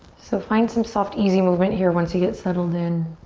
so find some soft, easy movement here once you get settled in.